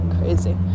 crazy